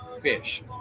Fish